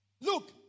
Look